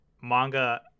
manga